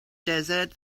desert